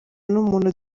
n’umuntu